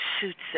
suits